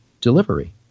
delivery